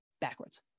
backwards